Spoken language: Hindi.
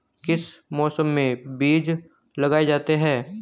किस मौसम में बीज लगाए जाते हैं?